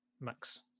Max